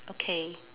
okay